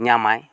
ᱧᱟᱢᱟᱭ